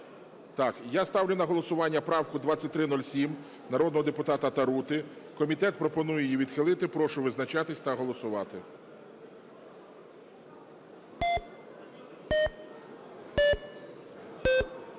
Так. Я ставлю на голосування правку 2307 народного депутата Тарути. Комітет пропонує її відхилити. Прошу визначатись та голосувати.